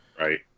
right